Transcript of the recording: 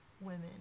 women